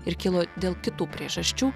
ir kilo dėl kitų priežasčių